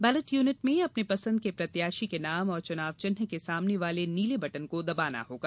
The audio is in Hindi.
बैलेट यूनिट मे अपने पसंद के प्रत्याशी के नाम और चुनाव चिन्ह के सामने वाले नीले बटन को दबाना होगा